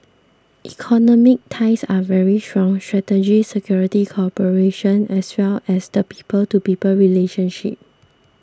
economic ties are very strong strategic security cooperation as well as the people to people relationship